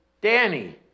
Danny